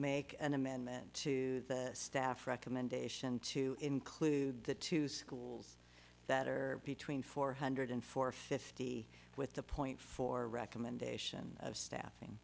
make an amendment to the staff recommendation to include the two schools that are between four hundred and four fifty with the point for recommendation of staffing